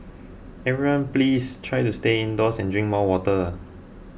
everyone please try to stay indoors and drink more water